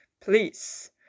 Please